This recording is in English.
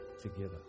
together